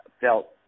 felt